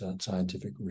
scientific